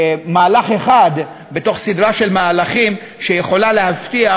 מהלך אחד בתוך סדרה של מהלכים שיכולים להבטיח